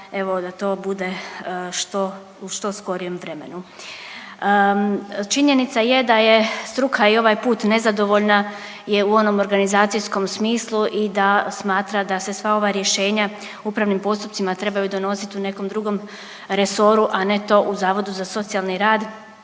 evo da to bude što, u što skorijem vremenu. Činjenica je da je struka i ovaj put nezadovoljna je u onom organizacijskom smislu i da smatra da se sva ova rješenja u upravnim postupcima trebaju donosit u nekom drugom resoru, a ne to u Zavodu za socijalni rad